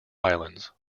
islands